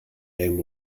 name